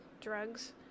drugs